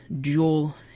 dual